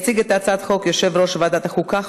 יציג את הצעת החוק יושב-ראש ועדת החוקה,